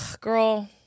Girl